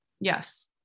Yes